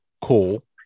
cool